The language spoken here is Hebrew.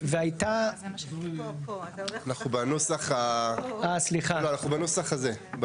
אנחנו בנוסח הזה.